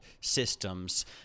Systems